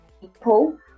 people